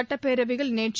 சட்டப்பேரவையில் நேற்று